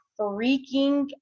freaking